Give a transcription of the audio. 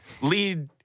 lead